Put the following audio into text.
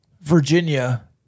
Virginia